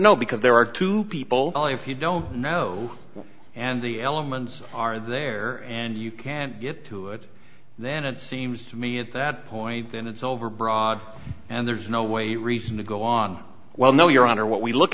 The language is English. know because there are two people you don't know and the elements are there and you can't get to it then it seems to me at that point that it's overbroad and there's no way reason to go on well no your honor what we look